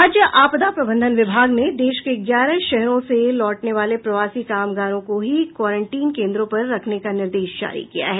राज्य आपदा प्रबंधन विभाग ने देश के ग्यारह शहरों से लौटने वाले प्रवासी कामगारों को हीं क्वारेंटीन केंद्रों पर रखने का निर्देश जारी किया है